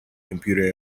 computer